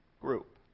group